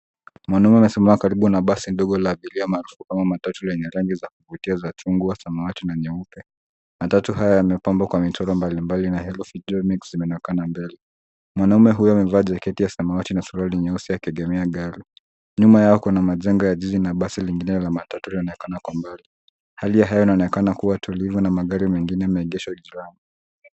Mwanamme amesimama karibu na basi dogo la abiria almaarufu matatu lenye rangi za kuvutia kama chungwa, samawati na nyeupe. Matatu haya yamepambwa kwa michoro mbalimbali na herufi juu [cs ] mix[cs ] ikionekana mbele. Mwanamme huyo amevaa jaketi ya samawati na suruali nyeusi akiegemea gari. Nyuma yao kuna majengo ya jiji na bali jingine ya matatu inaonekana kwa mbali. Hali ya hewa inaonekana tulivu na magari mengine yameegeshwa njiani.